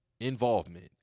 involvement